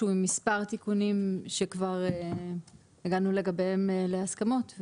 והוא עם מספר תיקונים שכבר הגענו לגביהם להסכמות.